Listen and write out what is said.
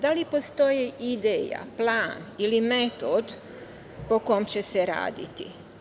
Da li postoji ideja, plan ili metod po kom će se raditi?